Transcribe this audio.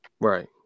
Right